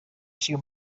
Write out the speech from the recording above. few